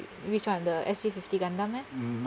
which one the S_G fifty gun dam meh